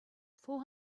four